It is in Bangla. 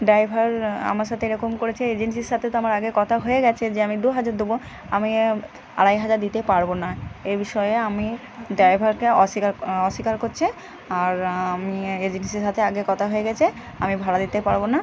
ড্রাইভার আমার সাথে এরকম করেছে এজেন্সির সাথে তো আমার আগে কথা হয়ে গেছে যে আমি দুহাজার দেবো আমি আড়াই হাজার দিতে পারব না এ বিষয়ে আমি ড্রাইভারকে অস্বীকার অস্বীকার করছি আর আমি এজেন্সির সাথে আগে কথা হয়ে গেছে আমি ভাড়া দিতে পারব না